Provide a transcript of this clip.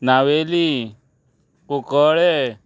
Navelim Cuncolim